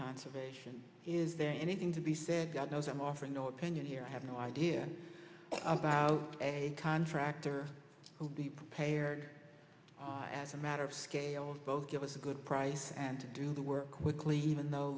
conservation is there anything to be said god knows i'm offering no opinion here i have no idea about a contractor who would be prepared as a matter of scale both give us a good price and to do the work quickly even though